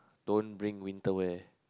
don't bring winter wear